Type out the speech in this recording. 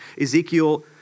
Ezekiel